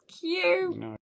cute